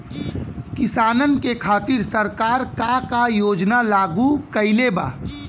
किसानन के खातिर सरकार का का योजना लागू कईले बा?